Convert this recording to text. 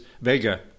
Vega